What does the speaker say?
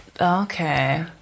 Okay